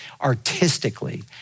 artistically